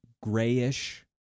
grayish